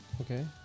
Okay